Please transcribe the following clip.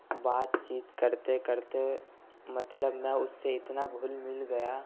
بات چیت کرتے کرتے مطلب میں اس سے اتنا گھل مل گیا